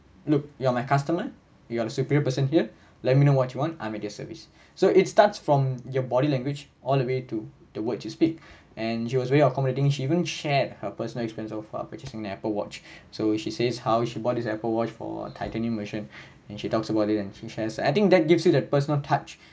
look you are my customer you are the superior person here let me know what you want I'm at your service so it starts from your body language all the way to the words you speak and she was very accommodating she even shared her personal experience of ah purchasing the apple watch so she says how she bought this apple watch for tightening version and she talks about it and she shares I think that gives you that personal touch